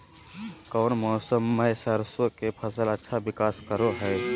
कौन मौसम मैं सरसों के फसल अच्छा विकास करो हय?